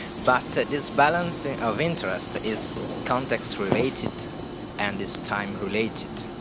but this balancing of interests is context related and is time related.